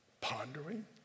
Pondering